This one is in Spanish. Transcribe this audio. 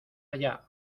allá